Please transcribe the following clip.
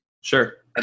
Sure